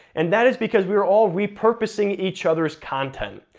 and that is because we're all repurposing each other's content.